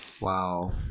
Wow